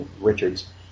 Richards